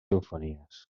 simfonies